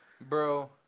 Bro